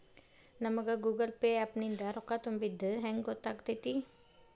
ನಮಗ Google Pay app ನಿಂದ ರೊಕ್ಕಾ ತುಂಬಿದ್ದ ಹೆಂಗ್ ಗೊತ್ತ್ ಆಗತೈತಿ?